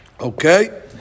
Okay